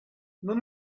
non